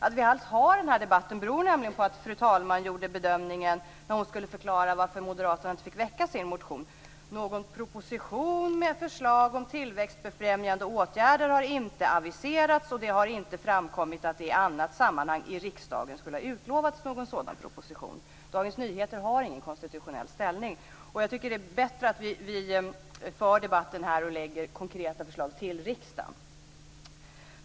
Att vi alls har denna debatt beror nämligen på att fru talman gjorde följande bedömning när hon skulle förklara varför Moderaterna inte fick väcka sin motion: Någon proposition med förslag om tillväxtbefrämjande åtgärder har inte aviserats, och det har inte framkommit att det i annat sammanhang i riksdagen skulle ha utlovats någon sådan proposition. Dagens Nyheter har ingen konstitutionell ställning, och jag tycker att det är bättre att vi för debatten här och lägger fram konkreta förslag till riksdagen.